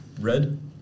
red